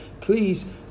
please